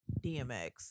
DMX